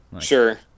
sure